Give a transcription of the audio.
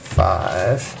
five